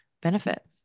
benefit